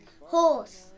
Horse